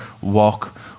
walk